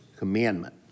commandment